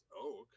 oak